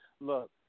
look